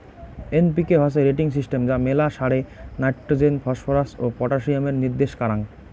NPK হসে rating system যা মেলা সারে নাইট্রোজেন, ফসফরাস ও পটাসিয়ামের নির্দেশ কারাঙ